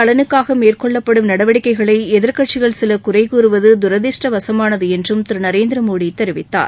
நலனுக்காக ப்பு மேற்கொள்ளப்படும் நடவடிக்கைகளை எதிர்க்கட்சிகள் நாட்டின் சில குறைகூறுவது துரதிருஷ்டவசமானது என்றும் திரு நரேந்திர மோட தெரிவித்தார்